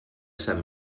sant